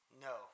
No